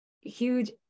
huge